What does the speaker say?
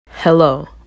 Hello